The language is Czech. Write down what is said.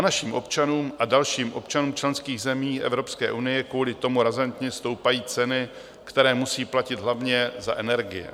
Našim občanům a dalším občanům členských zemí Evropské unie kvůli tomu razantně stoupají ceny, které musí platit hlavně za energie.